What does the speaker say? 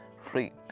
free